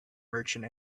merchant